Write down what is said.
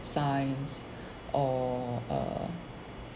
science or err